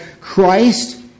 Christ